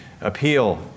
appeal